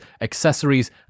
accessories